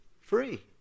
free